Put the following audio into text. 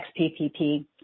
XPPP